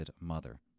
Mother